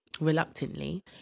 reluctantly